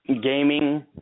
gaming